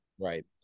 right